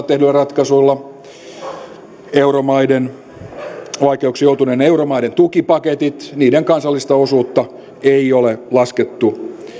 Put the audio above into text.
tehdyillä ratkaisuilla vaikeuksiin joutuneiden euromaiden tukipaketit niiden kansallista osuutta ei ole laskettu